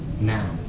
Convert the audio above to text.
now